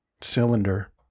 cylinder